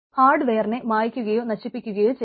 ഹാർഡ്വെയറിനെ മായ്ക്കുകയോ നശിപ്പിക്കുകയോ ചെയ്യണം